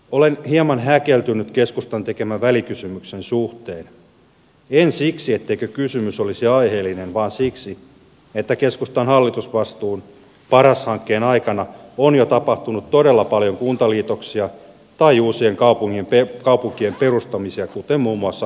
olen hieman häkeltynyt keskustan tekemän välikysymyksen suhteen en siksi etteikö kysymys olisi aiheellinen vaan siksi että keskustan hallitusvastuun paras hankkeen aikana on jo tapahtunut todella paljon kuntaliitoksia tai uusien kaupunkien perustamisia kuten muun muassa kouvolan alueella